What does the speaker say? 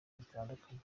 bitandukanye